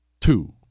Two